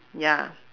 ya